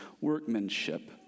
workmanship